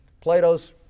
Plato's